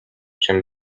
чим